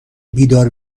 بیدار